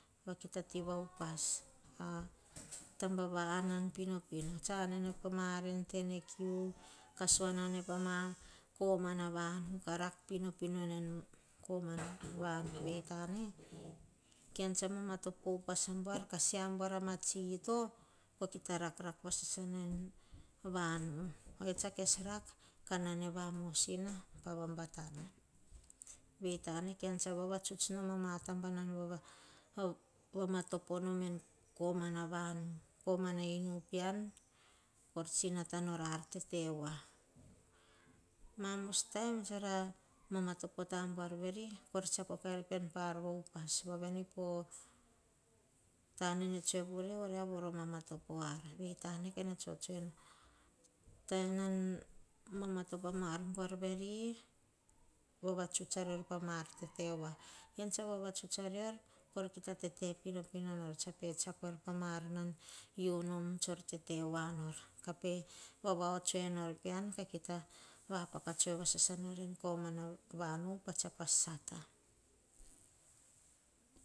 Tavava anan pinopino, maar en tene kiu. Kah sua anane pakoma na vanu. Kah rak pinopino en komana vanu, ean tsa vamatopo upas abuar ka sea buar pama tsi eto. Koh kita rakrak na en komana vanu. Ohia tse kes rak, ka naneva komana mosina, pava batana. Vei tane, ean sah vavatsuts nom ama taba nan vama topo nom. En komana vavu komana inu peaan kor tsino natanor ar tete woa. Mamos bon tsara vama topo tabuar vere, koi tsiako kater pean pa upas woa veni poh tane tsoe vurue. Oria voro vamatopo ar, vei kene tsotsoe nu, bon nam vama topo ama ar buar veri. Vavatsuts arior pama ar tete woa, ean a vavatsuts a rior. Koi kita tete pinopono nor, tsa pe tsiako pa ma ar nan unoom tsor tete voa nor. Kah vavahots enoi pean ka kita vapaka tsoe vasasa nor en komana vanu pa tsiako asata.